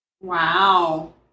Wow